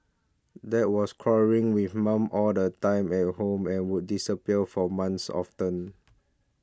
dad was quarrelling with mum all the time at home and would disappear from months often